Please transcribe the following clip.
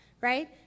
right